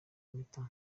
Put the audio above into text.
impeta